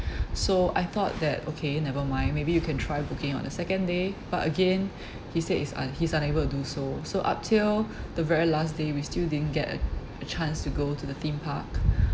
so I thought that okay never mind maybe you can try booking on the second day but again he said he's un~ he's unable to do so so up till the very last day we still didn't get a a chance to go to the theme park